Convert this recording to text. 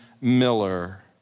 Miller